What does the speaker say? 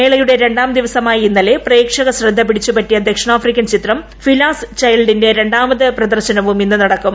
മേളയുടെ രണ്ടാം ദിവസമായ ഇന്നലെ പ്രേക്ഷക ശ്രദ്ധ പിടിച്ചു പറ്റിയ ദക്ഷിണാഫ്രിക്കൻ ചിത്രം ഫിലാസ് ചൈൽഡിന്റെ രണ്ടാമത് പ്രദർശനവും ഇന്നു നടക്കും